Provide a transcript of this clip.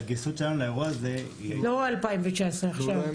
לא ב-2019, עכשיו.